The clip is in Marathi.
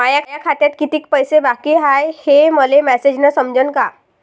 माया खात्यात कितीक पैसे बाकी हाय हे मले मॅसेजन समजनं का?